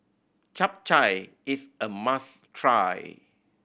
Chap Chai is a must try